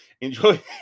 Enjoy